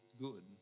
good